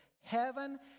Heaven